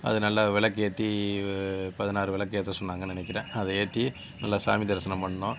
அது நல்லா விளக்கேத்தி பதினாறு விளக்கேத்த சொன்னாங்கன்னு நெனைக்கறேன் அதை ஏற்றி நல்லா சாமி தரிசனம் பண்ணோம்